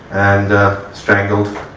and strangled,